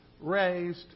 raised